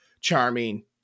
Charming